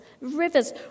Rivers